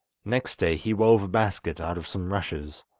next day he wove a basket out of some rushes,